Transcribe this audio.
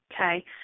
Okay